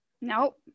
nope